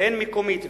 הן מקומית,